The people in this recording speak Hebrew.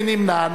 מי נמנע?